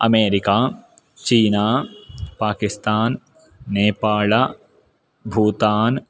America चीना पाकिस्तान् नेपाल भूतान्